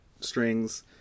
strings